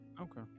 Okay